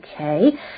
Okay